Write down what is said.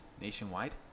nationwide